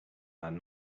that